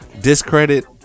discredit